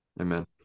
Amen